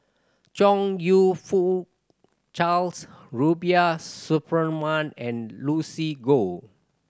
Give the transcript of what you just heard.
Chong You Fook Charles Rubiah Suparman and Lucy Goh